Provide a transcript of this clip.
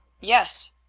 yes.